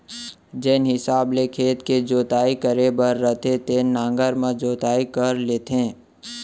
जेन हिसाब ले खेत के जोताई करे बर रथे तेन नांगर म जोताई कर लेथें